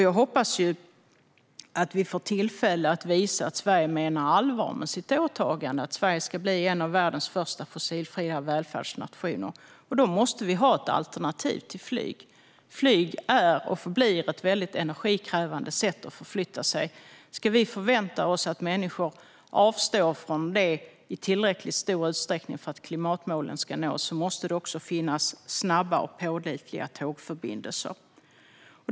Jag hoppas att vi får tillfälle att visa att Sverige menar allvar med sitt åtagande och att Sverige ska bli en av världens första fossilfria välfärdsnationer. Då måste vi ha ett alternativ till flyg. Flyg är och förblir ett väldigt energikrävande sätt att förflytta sig. Ska vi förvänta oss att människor avstår från det i tillräckligt stor utsträckning för att klimatmålen ska nås måste det också finnas snabba och pålitliga tågförbindelser.